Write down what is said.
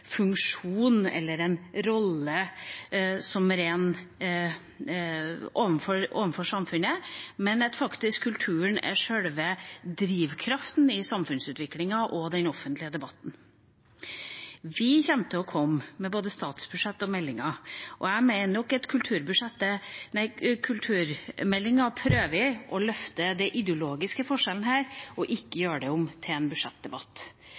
samfunnet, men at kulturen faktisk er sjølve drivkraften i samfunnsutviklingen og den offentlige debatten. Vi kommer til å komme med både statsbudsjett og meldinger, og jeg mener nok at kulturmeldinga prøver å løfte den ideologiske forskjellen her og ikke gjøre det om til en budsjettdebatt.